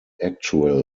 actual